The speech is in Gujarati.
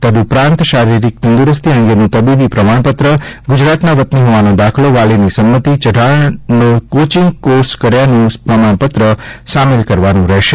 તદ્દઉપરાંત શારીરિક તંદુરસ્તી અંગેનું તબીબી પ્રમાણપત્ર ગુજરાતના વતની હોવાનો દાખલો વાલીની સંમતી ચઢાજ્ઞનો કોચિંગ કોર્ષ કર્યાનું પ્રમાજ્ઞપત્ર સામેલ હોવું જરૂરી છે